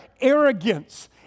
arrogance